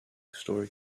storey